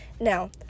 Now